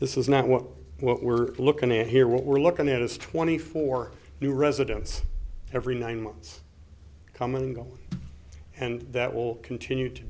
this is not what what we're looking at here what we're looking at is twenty four new residents every nine months come and go and that will continue to